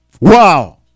Wow